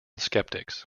skeptics